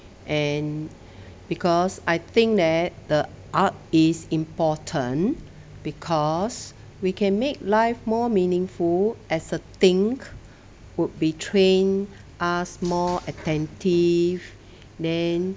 and because I think that the art is important because we can make life more meaningful as a thing would be trained us more attentive then